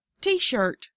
t-shirt